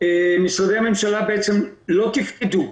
משרדי הממשלה בעצם לא תפקדו,